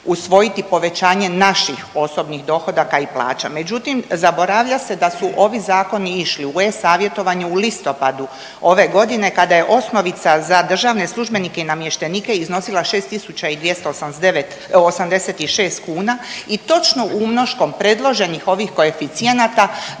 usvojiti povećanje naših osobnih dohodaka i plaća. Međutim, zaboravlja se da su ovi zakoni išli u e-savjetovanje u listopadu ove godine kada je osnovica za državne službenike i namještenike iznosila 6.289 86 kuna i točno umnoškom predloženih ovih koeficijenata